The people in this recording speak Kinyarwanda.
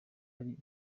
ari